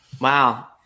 Wow